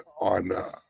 on